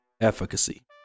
efficacy